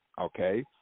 Okay